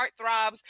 heartthrobs